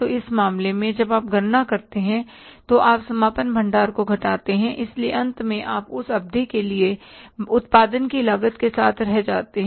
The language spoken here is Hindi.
तो इस मामले में जब आप गणना करते हैं तो आप समापन भंडार को घटाते हैं इसलिए अंत में आप उस अवधि के लिए उत्पादन की लागत के साथ रह जाते है